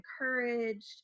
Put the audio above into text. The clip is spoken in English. encouraged